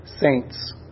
saints